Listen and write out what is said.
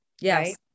Yes